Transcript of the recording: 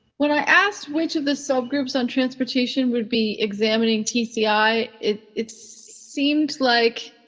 when i asked which of the subgroups on transportation would be examining tci. it it seems like.